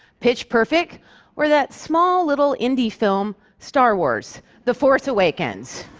pitch perfect or that small little indie film, star wars the force awakens.